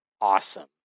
awesome